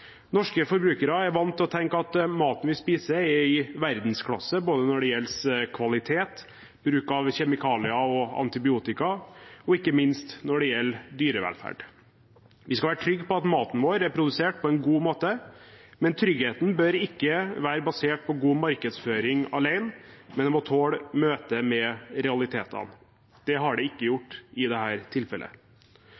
Norske forbrukere er vant til å tenke at maten vi spiser, er i verdensklasse både når det gjelder kvalitet, bruk av kjemikalier og antibiotika og ikke minst når det gjelder dyrevelferd. Vi skal være trygge på at maten vår er produsert på en god måte, men tryggheten bør ikke være basert på god markedsføring alene. En må tåle møtet med realitetene. Det har ikke